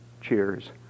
cheers